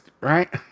Right